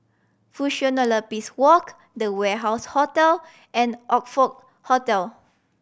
Fusionopolis Walk The Warehouse Hotel and Oxford Hotel